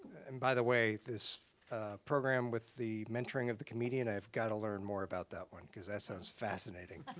and by the way, this program with the mentoring of the comedian, i've gotta learn more about that one, because that sounds fascinating.